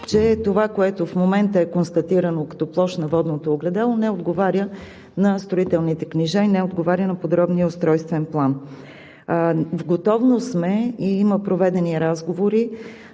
че това, което в момента е констатирано като площ на „водното огледало“, не отговаря на строителните книжа и не отговаря на подробния устройствен план. В готовност сме и има проведени разговори